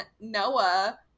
Noah